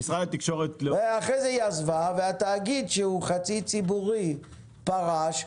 ואחרי זה היא עזבה, והתאגיד שהוא חצי ציבורי פרש.